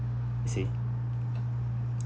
you see